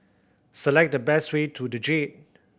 select the best way to The Jade